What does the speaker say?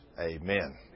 amen